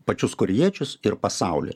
pačius korėjiečius ir pasaulį